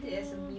mm